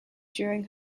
during